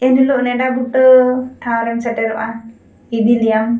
ᱤᱱ ᱦᱤᱞᱚᱜ ᱱᱮᱱᱰᱟ ᱵᱩᱴᱟᱹ ᱴᱷᱟᱶ ᱨᱮᱢ ᱥᱮᱴᱮᱨᱚᱜ ᱟ ᱤᱫᱤᱞᱮᱭᱟᱢ